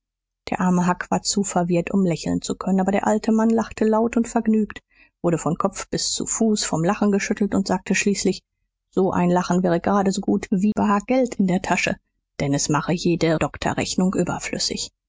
der arme huck war zu verwirrt um lächeln zu können aber der alte mann lachte laut und vergnügt wurde von kopf bis zu fuß vom lachen geschüttelt und sagte schließlich so ein lachen wäre gerade so gut wie bar geld in der tasche denn es mache jede doktorrechnung überflüssig